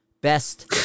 Best